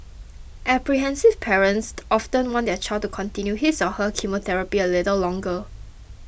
apprehensive parents often want their child to continue his or her chemotherapy a little longer